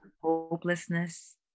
hopelessness